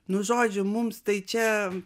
nu žodžiu mums tai čia